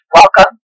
welcome